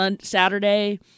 Saturday